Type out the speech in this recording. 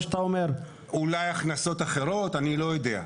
אולי הכנסות אחרות, אני לא יודע.